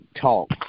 talk